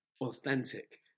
authentic